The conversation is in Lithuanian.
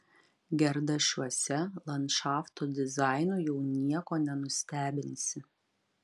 gerdašiuose landšafto dizainu jau nieko nenustebinsi